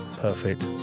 Perfect